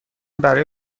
برای